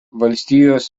valstijos